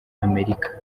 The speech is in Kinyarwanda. amerika